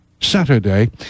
saturday